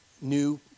new